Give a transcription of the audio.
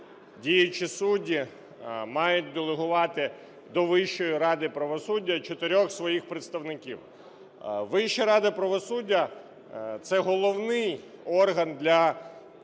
діючі судді мають делегувати до Вищої ради правосуддя 4 своїх представників. Вища рада правосуддя – це головний орган для